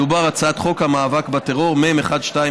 מדובר על הצעת חוק המאבק בטרור מ/1201.